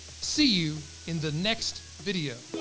see you in the next video.